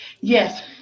yes